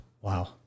Wow